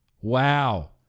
Wow